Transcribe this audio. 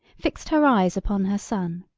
fixed her eyes upon her son.